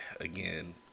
again